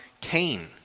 Cain